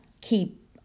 keep